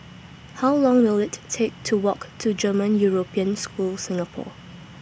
How Long Will IT Take to Walk to German European School Singapore